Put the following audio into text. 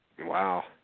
Wow